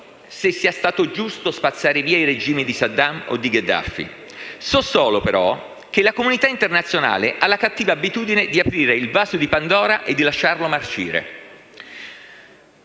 se sia stato giusto spazzare via i regimi di Saddam o di Gheddafi. So solo, però, che la comunità internazionale ha la cattiva abitudine di aprire il vaso di Pandora e di lasciarlo marcire.